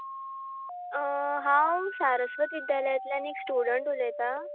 हांव सारस्वती विद्यालयांतल्यान एक स्टुडंत उलयतां